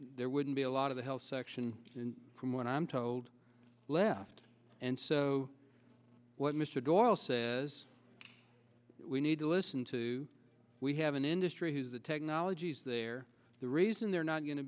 there wouldn't be a lot of the health section from what i'm told left and so what mr doyle says we need to listen to we have an industry whose the technology is there the reason they're not going to